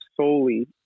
solely